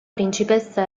principessa